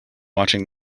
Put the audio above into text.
watching